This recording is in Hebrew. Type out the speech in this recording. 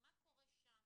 מה קורה שם